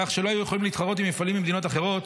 כך שלא היו יכולים להתחרות עם מפעלים ממדינות אחרות